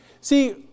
See